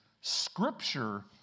Scripture